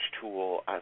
tool